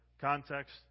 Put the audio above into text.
context